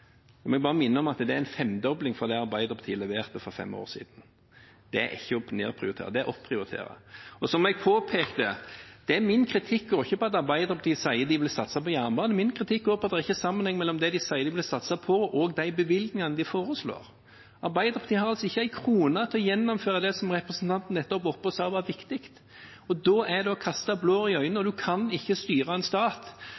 må bare minne om at det er en femdobling fra det Arbeiderpartiet leverte for fem år siden. Det er ikke å nedprioritere. Det er å opprioritere. Som jeg påpekte, går ikke min kritikk på at Arbeiderpartiet sier at de vil satse på jernbanen. Min kritikk går på at det ikke er sammenheng mellom det de sier de vil satse på, og de bevilgningene de foreslår. Arbeiderpartiet har ikke en krone til å gjennomføre det som representanten nettopp var oppe og sa var viktig. Det er å kaste blår i øynene